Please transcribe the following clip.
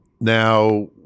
Now